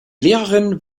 lehrerin